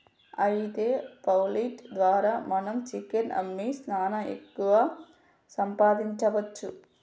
అయితే పౌల్ట్రీ ద్వారా మనం చికెన్ అమ్మి సాన ఎక్కువ సంపాదించవచ్చు